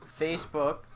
Facebook